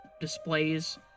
displays